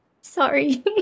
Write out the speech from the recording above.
sorry